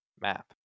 map